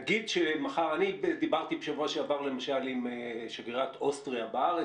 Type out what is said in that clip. אני דיברתי בשבוע שעבר עם שגרירת אוסטריה בארץ,